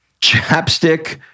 Chapstick